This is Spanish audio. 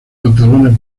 pantalones